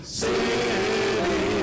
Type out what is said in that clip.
city